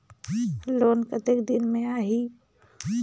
Loan कतेक दिन मे आही?